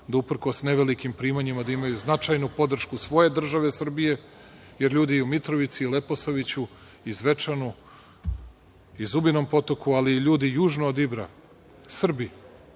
da uprkos nevelikim primanjima da imaju značajnu podršku svoje države Srbije, jer ljudi u Mitrovici, Leposaviću i Zvečanu i Zubinom potoku, ali i ljudi južno od Ibra, Srbi